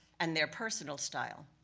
and their personal style.